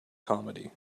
comedy